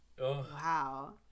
Wow